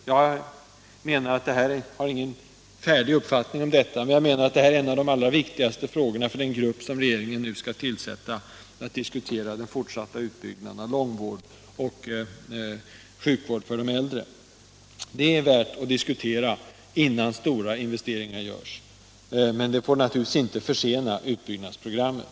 Jag har ingen färdig uppfattning om detta, men jag anser att det är en av de allra viktigaste frågorna för den grupp som regeringen nu skall tillsätta för att utreda den fortsatta utbyggnaden av långvården och sjukvården för de äldre. Detta är värt att diskutera, innan stora investeringar görs, men det får naturligtvis inte försena utbyggnadsprogrammet.